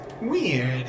weird